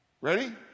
ready